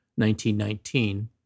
1919